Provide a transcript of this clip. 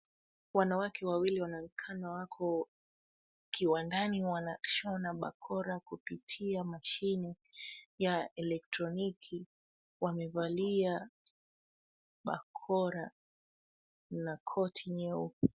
Wanawake wawili wanaonekana wako kiwandani wanashona bakora kupitia mashine ya elektroniki. Wamevalia bakora na koti nyeupe.